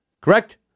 Correct